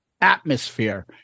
atmosphere